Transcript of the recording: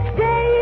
Stay